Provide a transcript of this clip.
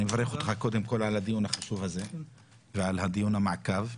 אני מברך אותך קודם כל על הדיון החשוב הזה ועל דיון המעקב.